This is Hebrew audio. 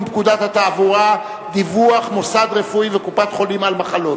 פקודת התעבורה (דיווח מוסד רפואי וקופת-חולים על מחלות).